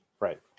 Right